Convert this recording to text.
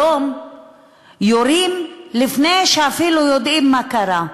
היום יורים לפני שאפילו יודעים מה קרה.